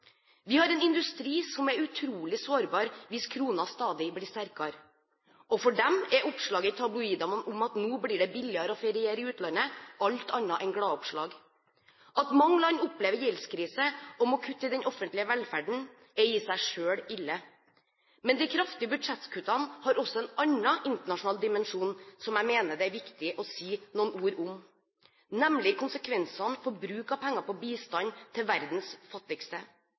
Vi har en industri som er utrolig sårbar hvis kronen stadig blir sterkere. For dem er oppslaget i tabloidene om at nå blir det billigere å feriere i utlandet, alt annet en glad-oppslag. At mange land opplever gjeldskrise og må kutte i den offentlige velferden, er i seg selv ille. Men de kraftige budsjettkuttene har også en annen internasjonal dimensjon som jeg mener det er viktig å si noen ord om, nemlig konsekvensene med tanke på bruk av penger på bistand til verdens fattigste.